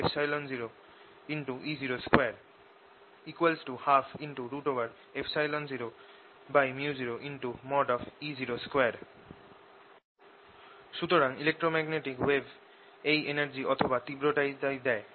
energy flowcu 10µ0120E02 120µ0E02 সুতরাং electromagnetic wave এই energy অথবা তীব্রতাটাই দেয়